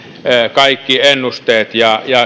kaikki ennusteet ja ja